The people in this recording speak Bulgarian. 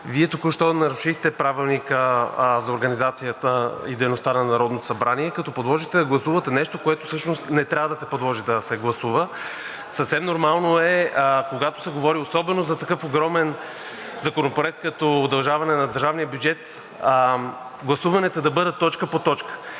Вие току-що нарушихте Правилника за организацията и дейността на Народното събрание, като подложихте на гласуване нещо, което всъщност не трябва да се подложи да се гласува. Съвсем нормално е, когато се говори особено за такъв огромен законопроект, като удължаване на държавния бюджет, гласуванията да бъдат точка по точка